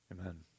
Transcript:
Amen